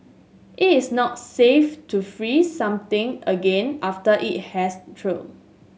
it is not safe to freeze something again after it has thawed